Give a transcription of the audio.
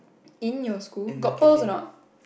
in your school got pearls or not